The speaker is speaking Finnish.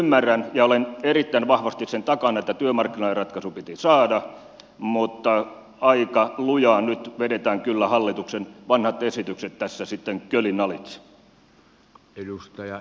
ymmärrän ja olen erittäin vahvasti sen takana että työmarkkinaratkaisu piti saada mutta aika lujaa nyt vedetään kyllä hallituksen vanhat esitykset tässä sitten kölin alitse